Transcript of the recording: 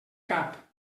cap